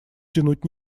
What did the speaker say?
тянуть